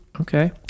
Okay